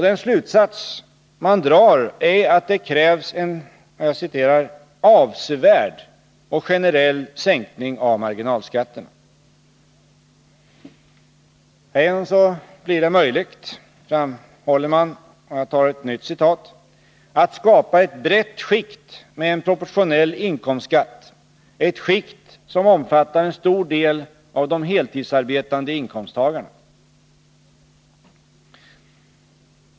Den slutsats man drar är att det krävs en ”avsevärd och generell sänkning av marginalskatterna”. Härigenom blir det möjligt, framhåller man, ”att skapa ett brett skikt med en proportionell inkomstskatt, ett skikt som omfattar en stor del av de heltidsarbetande inkomsttagarna”.